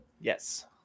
Yes